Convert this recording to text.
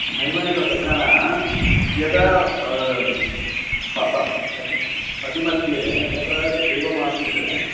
नैव नैव तत्र न यदा पति पतिमध्ये तत्र एवमासीत्